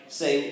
say